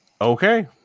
Okay